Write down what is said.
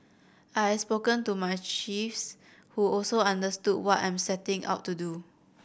I have spoken to my chiefs who also understood what I'm setting out to do